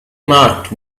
marked